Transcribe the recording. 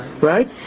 Right